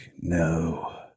no